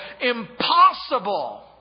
impossible